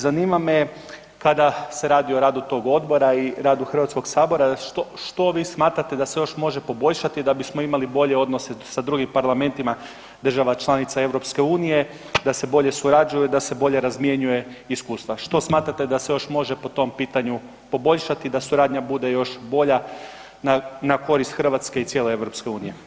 Zanima me kada se radi o radu tog odbora i radu HS što vi smatrate da se još može poboljšati da bismo imali bolje odnose sa drugim parlamentima država članica EU da se bolje surađuje i da se bolje razmjenjuju iskustva, što smatrate da se još može po tom pitanju poboljšati da suradnja bude još bolja na korist Hrvatske i cijele EU?